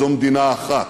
זו מדינה אחת,